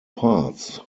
parts